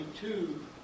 two